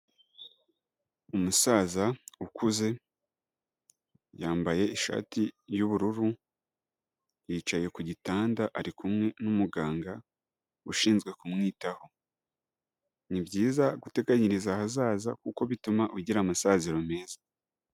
Umusaza ukuze, yambaye ishati y'ubururu yicaye ku gitanda, ari kumwe n'umuganga ushinzwe kumwitaho. Ni byiza guteganyiriza ahazaza kuko bituma ugira amasaziro meza.